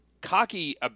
cocky